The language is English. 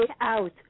out